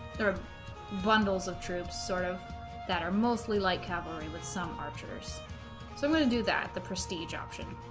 there are bundles of troops sort of that are mostly light cavalry with some archers so i'm going to do that the prestige option